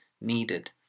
needed